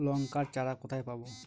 লঙ্কার চারা কোথায় পাবো?